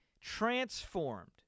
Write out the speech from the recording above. transformed